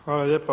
Hvala lijepa.